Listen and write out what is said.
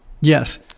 Yes